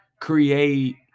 create